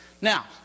Now